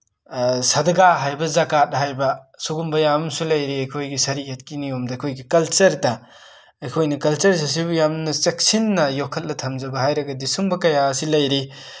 ꯁꯗꯒꯥ ꯍꯥꯏꯕ ꯖꯒꯥꯠ ꯍꯥꯏꯕ ꯁꯨꯒꯨꯝꯕ ꯃꯌꯥꯝ ꯑꯃꯁꯨ ꯂꯩꯔꯤ ꯑꯩꯈꯣꯏꯒꯤ ꯁꯔꯤꯌꯠꯀꯤ ꯅꯤꯌꯣꯝꯗ ꯑꯩꯈꯣꯏꯒꯤ ꯀꯜꯆꯔꯗ ꯑꯩꯈꯣꯏꯅ ꯀꯜꯆꯔꯁꯤꯁꯨ ꯌꯥꯝꯅ ꯆꯦꯛꯁꯤꯟꯅ ꯌꯣꯛꯈꯠꯂ ꯊꯝꯖꯕ ꯍꯥꯏꯔꯒꯗꯤ ꯁꯨꯝꯕ ꯀꯌꯥ ꯑꯁꯤ ꯂꯩꯔꯤ